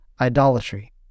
idolatry